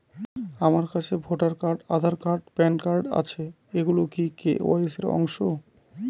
আমার কাছে voter card Aadhaar card PAN card আছে এগুলো কি কে.ওয়াই.সি র অংশ?